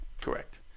Correct